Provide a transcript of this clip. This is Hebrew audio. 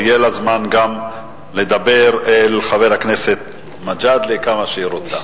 ויהיה לה זמן גם לדבר אל חבר הכנסת מג'אדלה כמה שהיא רוצה.